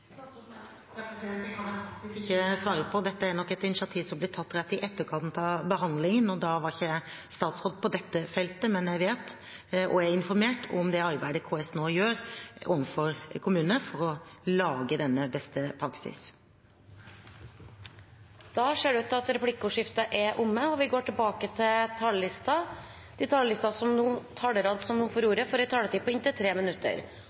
ikke svare på. Dette er nok et initiativ som ble tatt rett i etterkant av behandlingen, og da var ikke jeg statsråd på dette feltet, men jeg vet og er informert om det arbeidet KS nå gjør overfor kommunene for å lage denne beste praksis. Replikkordskiftet er omme. De talere som heretter får ordet, har en taletid på inntil 3 minutter. Jeg hadde bare behov for å svare på påstanden som